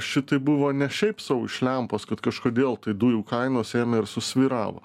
šitaip buvo ne šiaip sau iš lempos kad kažkodėl tai dujų kainos ėmė ir susvyravo